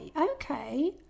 Okay